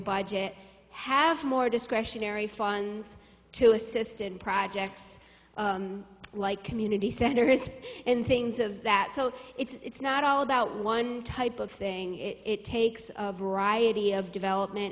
budget have more discretionary funds to assist in projects like community centers and things of that so it's not all about one type of thing it takes a variety of development